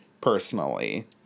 personally